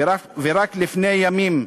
ורק לפני ימים,